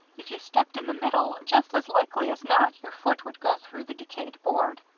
if you stepped in the middle, just as likely as not your foot would go through the decayed board.